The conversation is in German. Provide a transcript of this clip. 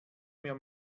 mir